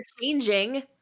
changing